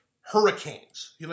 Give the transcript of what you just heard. hurricanes